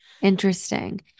Interesting